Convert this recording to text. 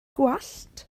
gwallt